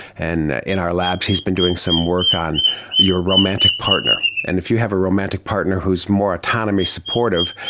and in our labs he's been doing some work on your romantic partner. and if you have a romantic partner who is more autonomy supportive,